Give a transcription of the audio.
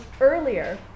earlier